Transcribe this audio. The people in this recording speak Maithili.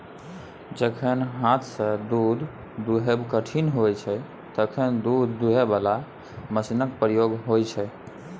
जखन हाथसँ दुध दुहब कठिन होइ छै तखन दुध दुहय बला मशीनक प्रयोग होइ छै